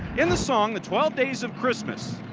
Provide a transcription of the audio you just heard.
in the song the twelve days of christmas,